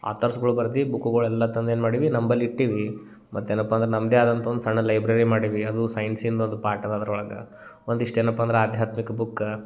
ಆತರ್ಸ್ಗಳು ಬರ್ದ ಬುಕ್ಕುಗಳೆಲ್ಲ ತಂದು ಏನು ಮಾಡೀವಿ ನಮ್ಮಲ್ ಇಟ್ಟೀವಿ ಮತ್ತೇನಪ್ಪ ಅಂದ್ರೆ ನಮ್ಮದೇ ಆದಂಥ ಒಂದು ಸಣ್ಣ ಲೈಬ್ರೆರಿ ಮಾಡೀವಿ ಅದು ಸೈನ್ಸಿಂದು ಒಂದು ಪಾಟ್ ಅದ ಅದ್ರೊಳಗೆ ಒಂದಿಷ್ಟು ಏನಪ್ಪ ಅಂದ್ರೆ ಆಧ್ಯಾತ್ಮಿಕ ಬುಕ್ಕ